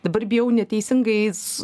dabar bijau neteisingais